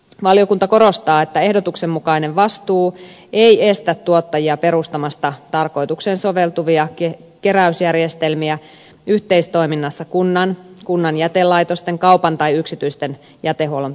valiokunta korostaa että ehdotuksen mukainen vastuu ei estä tuottajia perustamasta tarkoitukseen soveltuvia keräysjärjestelmiä yhteistoiminnassa kunnan kunnan jätelaitosten kaupan tai yksityisten jätehuollon palveluyritysten kanssa